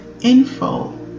info